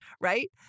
Right